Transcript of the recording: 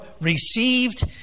received